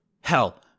Hell